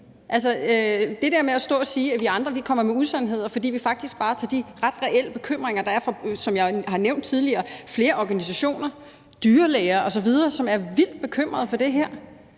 Altså, man står der og siger, at vi andre kommer med usandheder, men vi nævner faktisk bare de reelle bekymringer fra – som jeg har nævnt tidligere – flere organisationer, dyrlæger osv., som er vildt bekymrede for det her.